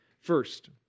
First